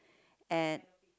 and